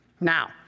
Now